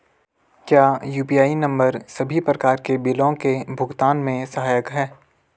क्या UPI number सभी प्रकार के बिलों के भुगतान में सहायक हैं?